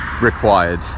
required